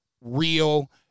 real